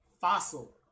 fossil